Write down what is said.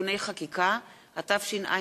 אישור חקיקה הצריכה תקציב על-פי גודל